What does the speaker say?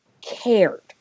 cared